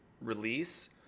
release